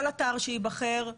כל אתר שייבחר,